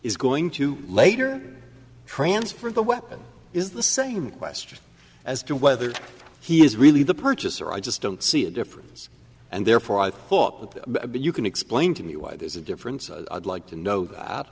is going to later transfer the weapon is the same question as to whether he is really the purchaser i just don't see a difference and therefore i thought would be you can explain to me why there's a difference like to know